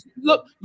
look